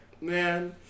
man